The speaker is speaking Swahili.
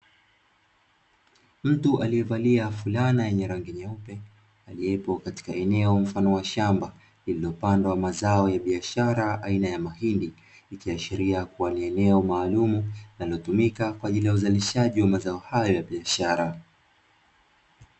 Mtu aliye valia fulana yenye rangi nyeupe, aliyepo katika eneo mfano wa shamba lililopandwa mazao ya biashara aina ya mahindi, ikiashiria kuwa ni eneo maalumu linalotumika kwa ajili ya uzalishaji wa mazao hayo ya biashara.